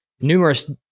numerous